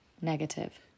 negative